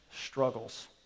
Struggles